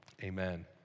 Amen